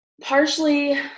Partially